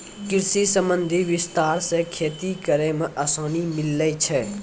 कृषि संबंधी विस्तार से खेती करै मे आसानी मिल्लै छै